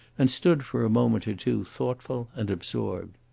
and stood for a moment or two thoughtful and absorbed.